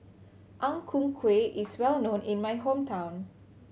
Ang Ku Kueh is well known in my hometown